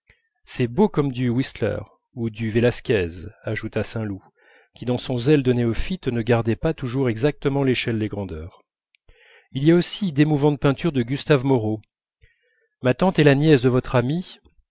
c'est beau comme du whistler ou du vélasquez ajouta saint loup qui dans son zèle de néophyte ne gardait pas toujours très exactement l'échelle des grandeurs il y a aussi d'émouvantes peintures de gustave moreau ma tante est la nièce de votre amie